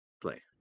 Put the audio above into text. play